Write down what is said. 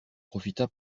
profita